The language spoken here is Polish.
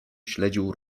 śledził